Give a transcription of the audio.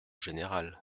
général